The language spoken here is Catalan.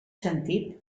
sentit